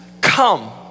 come